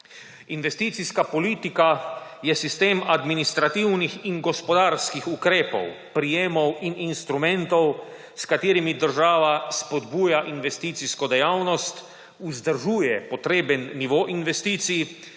Investicijska politika je sistem administrativnih in gospodarskih ukrepov, prijemov in instrumentov, s katerimi država spodbuja investicijsko dejavnost, vzdržuje potreben nivo investicij